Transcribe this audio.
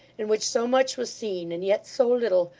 in which so much was seen, and yet so little,